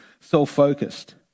self-focused